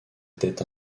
était